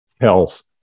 health